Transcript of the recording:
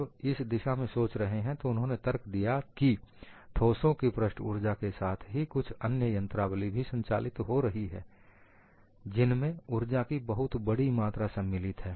जब इस दिशा में सोच रहे हैं तो उन्होंने तर्क दिया कि ठोसों की पृष्ठ ऊर्जा के साथ ही कुछ अन्य यत्रांवली भी संचालित हो रही हैं जिनमें उर्जा की बहुत बड़ी मात्रा सम्मिलित है